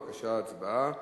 בבקשה, הצבעה.